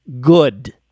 good